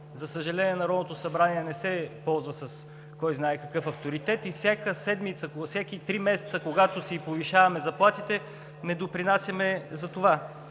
За съжаление, Народното събрание не се ползва кой знае с какъв авторитет и всяка седмица и всеки три месеца, когато си повишаваме заплатите, не допринасяме за това.